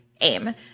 AIM